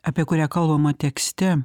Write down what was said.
apie kurią kalbama tekste